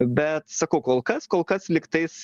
bet sakau kol kas kol kas lyg tais